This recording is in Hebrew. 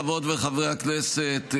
חברות וחברי הכנסת,